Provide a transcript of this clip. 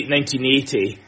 1980